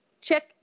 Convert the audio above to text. check